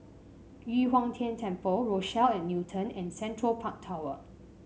Yu Huang Tian Temple Rochelle at Newton and Central Park Tower